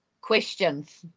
questions